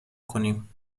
کنیم